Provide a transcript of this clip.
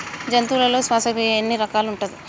జంతువులలో శ్వాసక్రియ ఎన్ని రకాలు ఉంటది?